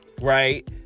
right